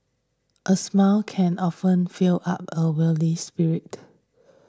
a smile can often fill up a weary spirit